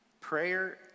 prayer